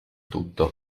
tutto